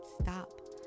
stop